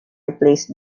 replace